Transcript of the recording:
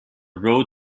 road